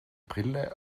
brille